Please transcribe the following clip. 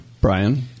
Brian